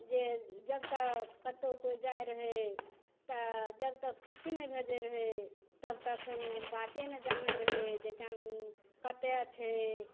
जे जब तऽ कतहु कोइ जाय रहय तऽ जब तक चिट्ठी नहि भेजय रहय तब तक बाते नहि जानय रहय जे कतहु छै